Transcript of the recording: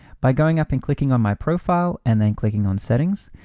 by going up and clicking on my profile, and then clicking on settings,